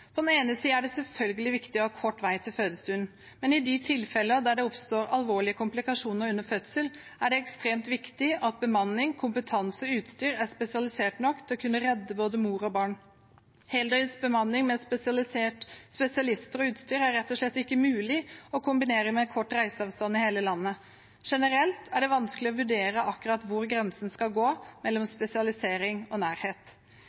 På den ene siden er det selvfølgelig viktig å ha kort vei til fødestuen, men i de tilfeller der det oppstår alvorlige komplikasjoner under fødselen, er det ekstremt viktig at bemanning, kompetanse og utstyr er spesialisert nok til å kunne redde både mor og barn. Heldøgnsbemanning med spesialister og utstyr er rett og slett ikke mulig å kombinere med kort reiseavstand i hele landet. Generelt er det vanskelig å vurdere akkurat hvor grensen skal gå mellom spesialisering og nærhet.